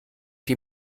die